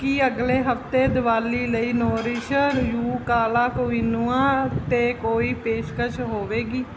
ਕੀ ਅਗਲੇ ਹਫਤੇ ਦੀਵਾਲੀ ਲਈ ਨੋਰਿਸ਼ ਯੂ ਕਾਲਾ ਕੁਇਨੋਆ 'ਤੇ ਕੋਈ ਪੇਸ਼ਕਸ਼ ਹੋਵੇਗੀ